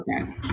okay